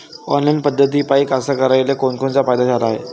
Online पद्धतीपायी कास्तकाराइले कोनकोनचा फायदा झाला हाये?